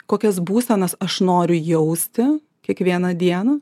kokias būsenas aš noriu jausti kiekvieną dieną